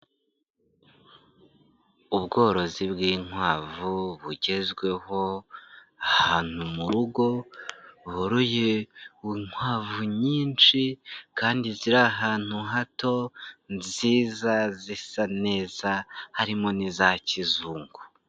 Ubworozi bw'inkwavu bugezweho, ahantu mu rugo boroye inkwavu nyinshi kandi ziri ahantu hato, nziza zisa neza, harimo n'iza kizungu.